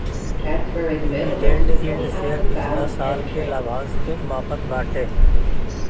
dividend yield share पिछला साल के लाभांश के मापत बाटे